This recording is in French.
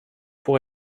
pour